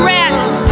rest